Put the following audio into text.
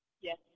Yes